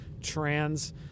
trans